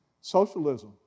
Socialism